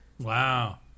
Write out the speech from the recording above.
Wow